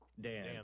Dan